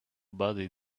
body